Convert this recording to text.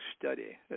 study